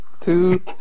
two